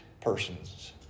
persons